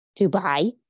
Dubai